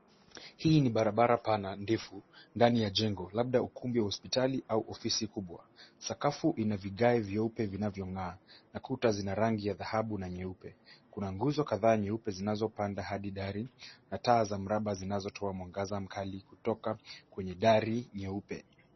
Hii ni barabara pana, ndefu ndani ya jengo labda ukumbi wa hospitali au ofisi kubwa. Sakafu ina vigae vyeupe vinavyong'aa na kuta zina rangi ya dhahabu na nyeupe. Kuna nguzo kadhaa nyeupe zinazopanda hadi dari na taa za mraba zinazotoa mwangaza mkali kutoka kwenye dari nyeupe.